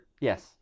Yes